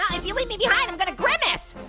yeah if you leave me behind i'm gonna grimace.